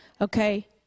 okay